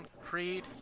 Creed